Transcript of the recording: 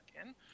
again